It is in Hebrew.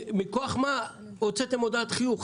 מכוח מה הוצאתם הודעת חיוב?